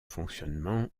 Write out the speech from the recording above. fonctionnement